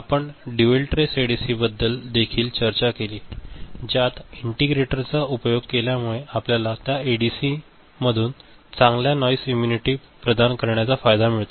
आपण dual trace एडीसीबद्दल देखील चर्चा केली ज्यात इंटिग्रेटरचा उपयोग केल्यामुळे आपल्याला त्या एडीसी मधून चांगला नॉईस इम्युनिटी प्रदान करण्याचा फायदा मिळतो